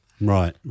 Right